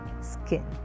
skin